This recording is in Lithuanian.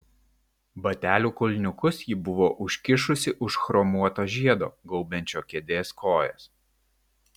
batelių kulniukus ji buvo užkišusi už chromuoto žiedo gaubiančio kėdės kojas